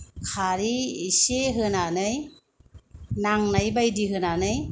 खारि एसे होनानै नांनाय बादि होनानै